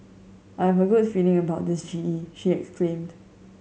I have a good feeling about this G E she exclaimed